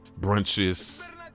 brunches